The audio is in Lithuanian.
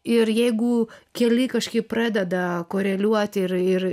ir jeigu keliai kažkaip pradeda koreliuoti ir ir